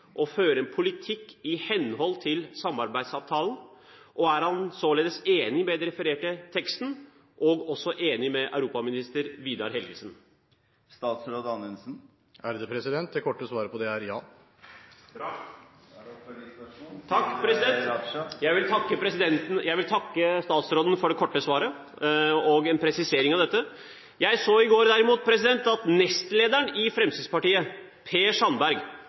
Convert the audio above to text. å føre en politikk i henhold til samarbeidsavtalen, og er han således enig i den refererte teksten og også enig med europaminister Vidar Helgesen? Det korte svaret på det er ja. Jeg vil takke statsråden for det korte svaret og en presisering av dette. Jeg så i går derimot at nestlederen i Fremskrittspartiet, Per Sandberg,